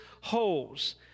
holes